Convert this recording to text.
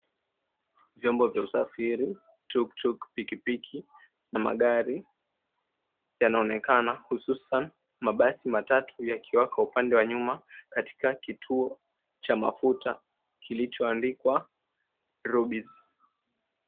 Vyombo vya usafiri; tuktuk , pikipiki na magari yanaonekana, hususan mabasi matatu yakiwaka upande wa nyuma katika kituo cha mafuta kilichoandikwa, Rubis.